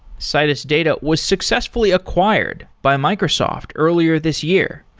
citus data was successfully acquired by microsoft earlier this year,